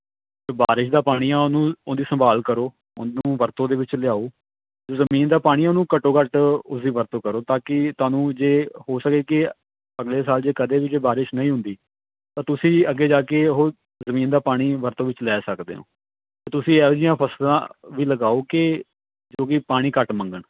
ਬਾਰਿਸ਼ ਦਾ ਪਾਣੀ ਆ ਉਹਨੂੰ ਉਹਦੀ ਸੰਭਾਲ ਕਰੋ ਉਹਨੂੰ ਵਰਤੋ ਦੇ ਵਿੱਚ ਲਿਆਓ ਜ਼ਮੀਨ ਦਾ ਪਾਣੀ ਉਹਨੂੰ ਘੱਟੋ ਘੱਟ ਉਸਦੀ ਵਰਤੋਂ ਕਰੋ ਤਾਂ ਕਿ ਤੁਹਾਨੂੰ ਜੇ ਹੋ ਸਕੇ ਕਿ ਅਗਲੇ ਸਾਲ ਜੇ ਕਦੇ ਵੀ ਜੇ ਬਾਰਿਸ਼ ਨਹੀਂ ਹੁੰਦੀ ਤਾਂ ਤੁਸੀਂ ਅੱਗੇ ਜਾ ਕੇ ਉਹ ਜ਼ਮੀਨ ਦਾ ਪਾਣੀ ਵਰਤੋਂ ਵਿੱਚ ਲੈ ਸਕਦੇ ਹੋ ਤਾਂ ਤੁਸੀਂ ਇਹੋ ਜਿਹੀਆਂ ਫਸਲਾਂ ਵੀ ਲਗਾਓ ਕਿ ਜੋ ਕਿ ਪਾਣੀ ਘੱਟ ਮੰਗਣ